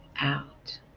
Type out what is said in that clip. out